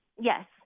Yes